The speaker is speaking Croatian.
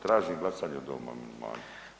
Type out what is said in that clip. Tražim glasanje o ovom amandmanu.